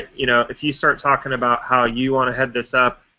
you know if you start talking about how you want to head this up,